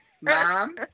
Mom